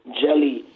jelly